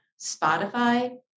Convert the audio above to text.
Spotify